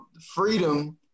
freedom